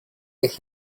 with